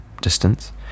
distance